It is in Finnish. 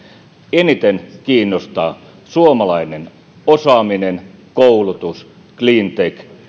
eniten kiinnostavat suomalainen osaaminen koulutus clean tech